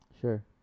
sure